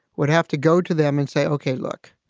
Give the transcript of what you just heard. would have to go to them and say, okay, look,